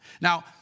Now